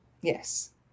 Yes